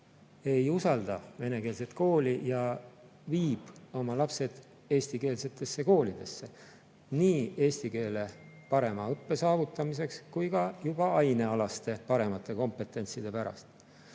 ei usalda venekeelset kooli ja viib oma lapsed eestikeelsetesse koolidesse – nii eesti keele parema õppe saavutamiseks kui ka juba ainealaste paremate kompetentside pärast.